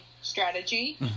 strategy